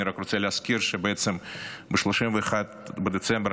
אני רק רוצה להזכיר שבעצם ב-31 בדצמבר